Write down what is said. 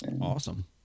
Awesome